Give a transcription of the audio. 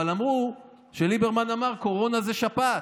אבל אמרו שליברמן אמר: קורונה זה שפעת.